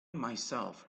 myself